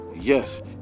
Yes